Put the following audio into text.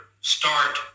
start